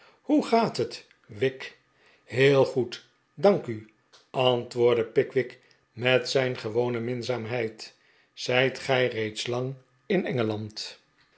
hoe gaat het wick heel goed dank u antwoordde pickwick met zijn gewone minzaamheid zijt gij reeds lang in engeland